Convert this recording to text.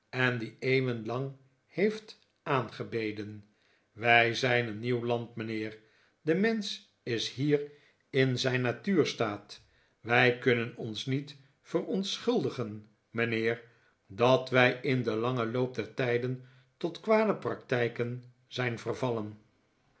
en die eeuwen lang heeft aangebeden wij zijn een nieuw land mijnheer de mensch is hier in zijn natuurstaat wij kunnen ons niet verontschuldigen mijnheer dat wij in den langen loop der tijden tot kwade practijken zijn vervallen